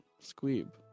Squeeb